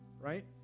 right